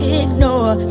ignore